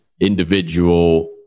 individual